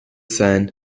sein